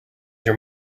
your